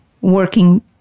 working